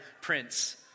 Prince